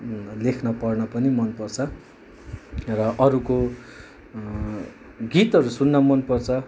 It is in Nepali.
लेख्न पढ्न पनि मनपर्छ र अरूको गीतहरू सुन्न मनपर्छ